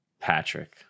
patrick